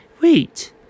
Wait